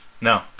No